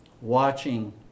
watching